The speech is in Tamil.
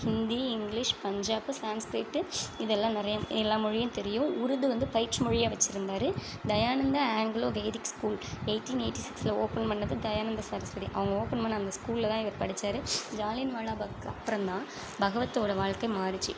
ஹிந்தி இங்கிலீஷ் பஞ்சாப் சான்ஸ்க்ரிட் இதெல்லாம் நிறையா எல்லா மொழியும் தெரியும் உருது வந்து பயிற்று மொழியாக வச்சிருந்தாரு Dayanand Anglo Vedic school eighteen eighty சிக்ஸ்ல ஓப்பன் பண்ணது தயானந்த சரஸ்வதி அவங்க ஓப்பன் பண்ண அந்த ஸ்கூல்ல தான் இவர் படிச்சார் ஜாலியன்வாலாபாக்குக்கு அப்புறந்தான் பகவத்தோட வாழ்க்கை மாறுச்சு